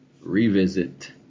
revisit